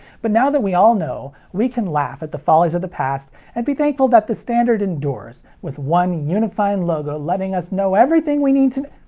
but now that we all know, we can laugh at the follies of the past, and be thankful that the standard endures, with one unifying logo letting us know everything we need to.